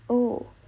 oh